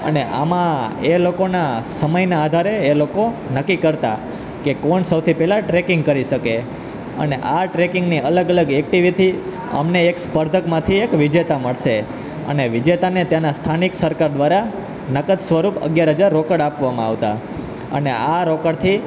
અને આમાં એ લોકોના સમયના આધારે એ લોકો નક્કી કરતાં કે કોણ સૌથી પેલા ટ્રેકિંગ કરી શકે અને આ ટ્રેકીંગની અલગ અલગ એક્ટિવીટી અમને એક સ્પર્ધકમાંથી એક વિજેતા મળશે અને વિજેતાને ત્યાંનાં સ્થાનિક સરકાર દ્વારા નકદ સ્વરૂપ અગિયાર હજાર રોકડ આપવામાં આવતા અને આ રોકડથી